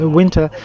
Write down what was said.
winter